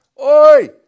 Oi